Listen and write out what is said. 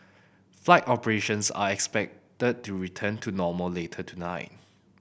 flight operations are expected to return to normal later tonight